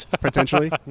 potentially